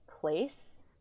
place